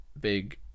big